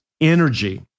energy